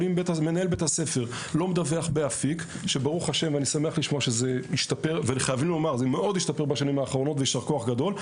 אני שמח שהדיווח באפיק השתפר בשנים האחרונות ויישר כוח גדול.